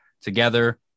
together